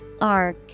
Arc